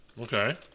Okay